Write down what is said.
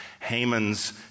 Haman's